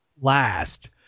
last